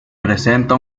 presenta